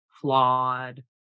flawed